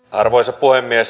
arvoisa puhemies